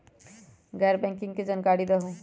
गैर बैंकिंग के जानकारी दिहूँ?